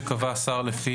התשפ"ג 2023 (פ/2609/25)